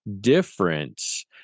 difference